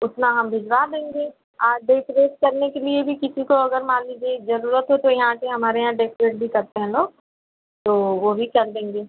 उतना हम भिजवा देंगे और डेकोरेट करने के लिए भी किसी को अगर मान लीजिए ज़रूरत हो तो यहाँ के हमारे यहाँ डेकोरेट भी करते हैं लोग तो वे ही कर देंगे